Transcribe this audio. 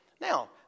Now